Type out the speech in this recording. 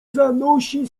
zanosi